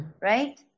right